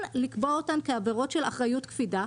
לקבוע אותן כעבירות של אחריות קפידה,